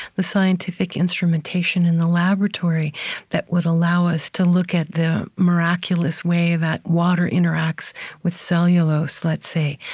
the scientific instrumentation in the laboratory that would allow us to look at the miraculous way that water interacts with cellulose, let's say.